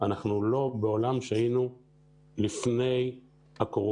שאנחנו לא בעולם שבו היינו לפני הקורונה.